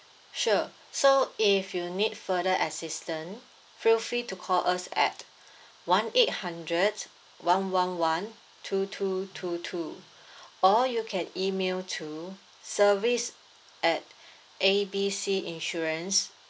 sure so if you need further assistant feel free to call us at one eight hundred one one one two two two two or you can email to service at A B C insurance